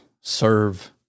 serve